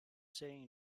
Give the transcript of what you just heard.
saying